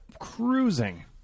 cruising